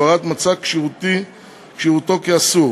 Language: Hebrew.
הבהרת מצג כשרותי אסור),